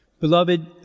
Beloved